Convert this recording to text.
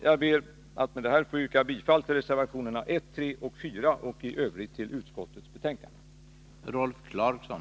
Jag ber att med det här få yrka bifall till reservationerna 1,3 och 4 och i övrigt till utskottets hemställan.